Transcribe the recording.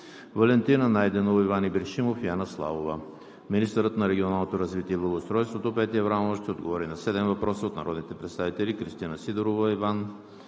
Валентина Найденова, Иван Ибришимов и Анна Славова. 2. Министърът на регионалното развитие и благоустройството Петя Аврамова ще отговори на седем въпроса от народните представители Кристина Сидорова; Иван